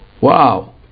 Wow